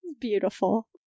Beautiful